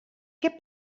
què